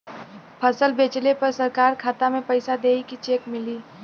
फसल बेंचले पर सरकार खाता में पैसा देही की चेक मिली?